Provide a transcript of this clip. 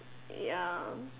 ya